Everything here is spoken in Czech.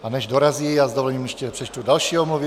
A než dorazí, s dovolením ještě přečtu další omluvy.